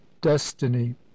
destiny